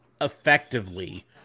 effectively